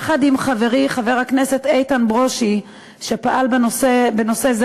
יחד עם חברי חבר הכנסת איתן ברושי שפעל בנושא זה